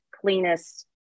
cleanest